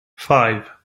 five